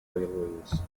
railways